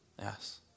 yes